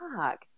fuck